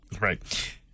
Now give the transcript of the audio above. Right